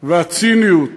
והציניות